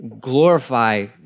glorify